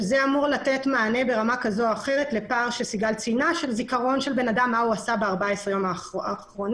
שזה אמור לתת מענה לפער בזיכרון האדם מה הוא עשה בחודשיים האחרונים.